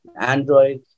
Android